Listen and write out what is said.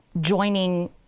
joining